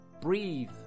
breathe